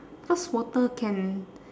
cause water can